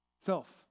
self